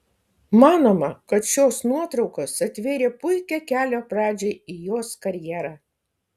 manoma kad šios nuotraukos atvėrė puikią kelio pradžią į jos karjerą